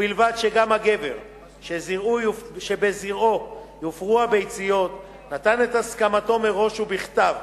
ובלבד שגם הגבר שבזרעו יופרו הביציות נתן את הסכמתו מראש ובכתב,